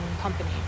company